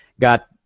got